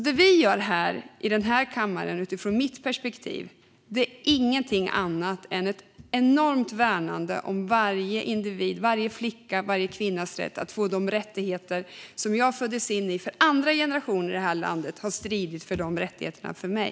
Det vi gör i den här kammaren, utifrån mitt perspektiv, är ingenting annat än ett enormt värnande om varje individs, varje flickas, varje kvinnas rättigheter - rättigheter som jag föddes till att få för att andra generationer har stridit för dem före mig.